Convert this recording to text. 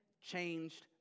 changed